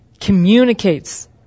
communicates